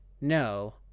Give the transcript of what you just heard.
no